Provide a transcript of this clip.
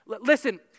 Listen